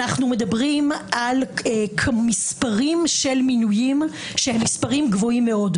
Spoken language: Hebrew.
אנחנו מדברים על מספרים של מינויים שהם מספרים גבוהים מאוד.